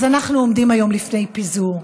אז אנחנו עומדים היום לפני פיזור,